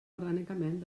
orgànicament